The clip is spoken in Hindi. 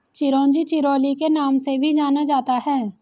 चिरोंजी चिरोली के नाम से भी जाना जाता है